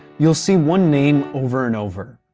you'll see one name over and over.